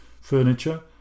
furniture